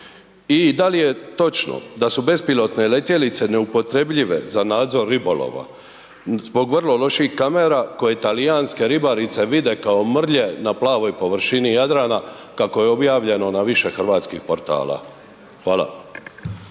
I da li je točno da su bespilotne letjelice neupotrebljive za nadzor ribolova zbog vrlo loših kamera koje talijanske ribarice vide kao mrlje na plavoj površini Jadrana kako je objavljeno na više hrvatskih portala? Hvala.